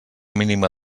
mínima